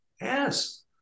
Yes